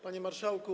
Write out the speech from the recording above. Panie Marszałku!